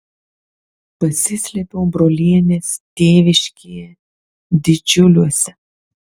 pasislėpiau brolienės tėviškėje didžiuliuose